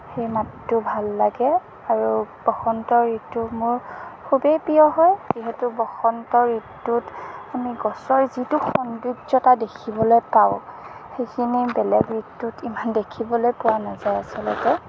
সেই মাতটো ভাল লাগে আৰু বসন্ত ঋতু মোৰ খুবেই প্ৰিয় হয় যিহেতু বসন্ত ঋতুত আমি গছৰ যিটো সৌন্দৰ্যতা দেখিবলৈ পাওঁ সেইখিনি বেলেগ ঋতুত ইমান দেখিবলৈ পোৱা নাযায় আচলতে